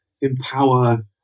empower